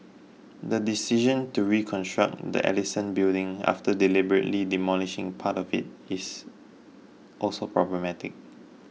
the decision to reconstruct the Ellison Building after deliberately demolishing part of it is also problematic